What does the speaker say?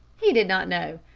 he did not know,